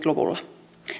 luvulla